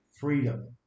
Freedom